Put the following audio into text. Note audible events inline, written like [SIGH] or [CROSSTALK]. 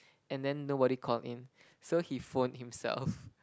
and then nobody called in so he phoned himself [LAUGHS]